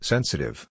Sensitive